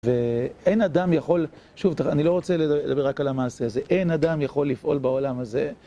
ואין אדם יכול, שוב, אני לא רוצה לדבר רק על המעשה הזה, אין אדם יכול לפעול בעולם הזה.